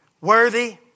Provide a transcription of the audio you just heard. Worthy